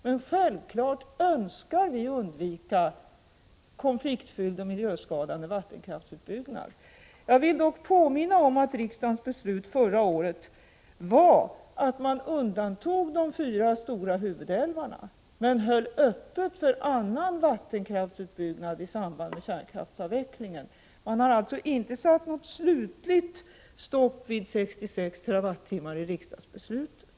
Men självfallet önskar vi undvika konfliktfylld och miljöskadande vattenkraftsutbyggnad. Jag vill dock påminna om att riksdagens beslut förra året var att man undantog de fyra stora huvudälvarna men höll öppet för annan vattenkraftsutbyggnad i samband med kärnkraftsavvecklingen. Man har alltså inte satt något slutligt stopp vid 66 TWh i riksdagsbeslutet.